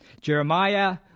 Jeremiah